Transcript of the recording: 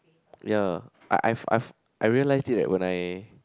ya I I've I've I realised it leh when I